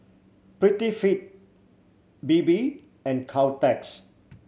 Prettyfit Bebe and Caltex